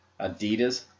Adidas